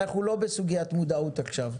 אנחנו לא בסוגיית מודעות עכשיו,